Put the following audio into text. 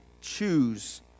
choose